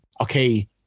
okay